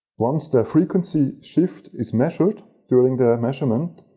once the frequency shift is measured, during the measurement,